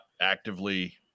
actively